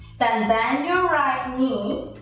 then bend your right knee,